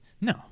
No